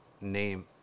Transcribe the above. Name